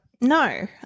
no